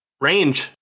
Range